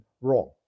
wrong